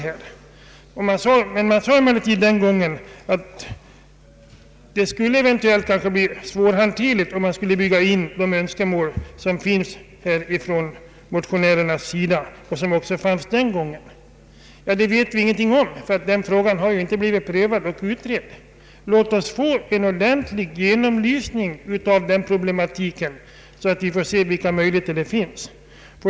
Utskottet sade den gången att systemet eventuellt kunde bli svårhanterligt, om man skulle ta hänsyn till de önskemål som fanns redan då och som nu föreligger från motionärernas sida. Vi vet ingenting om detta, ty frågan har inte blivit utredd. Låt oss få en ordentlig genomlysning av problematiken, så att vi kan se vilka möjligheter som finns.